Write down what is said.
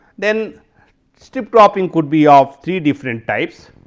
then strip cropping could be of three different types